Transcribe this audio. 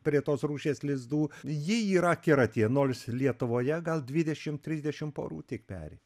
prie tos rūšies lizdų ji yra akiratyje nors lietuvoje gal dvidešim trisdešim porų tik peri